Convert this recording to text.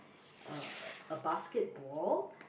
uh a basketball